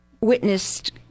witnessed